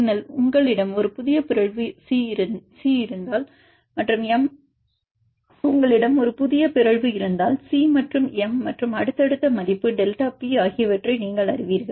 பின்னர் உங்களிடம் ஒரு புதிய பிறழ்வு இருந்தால் சி மற்றும் எம் மற்றும் அடுத்தடுத்த மதிப்பு டெல்டா பி ஆகியவற்றை நீங்கள் அறிவீர்கள்